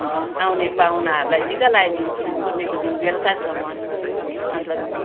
आउने पाहुनाहरूलाई टिका लगाइदिन्छौँ पूर्णिमाको दिन बेलुकासम्म अन्त